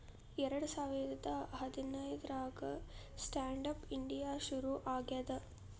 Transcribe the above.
ಎರಡ ಸಾವಿರ ಹದ್ನಾರಾಗ ಸ್ಟ್ಯಾಂಡ್ ಆಪ್ ಇಂಡಿಯಾ ಶುರು ಆಗ್ಯಾದ